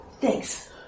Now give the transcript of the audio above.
Thanks